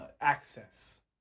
access